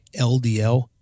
LDL